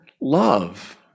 love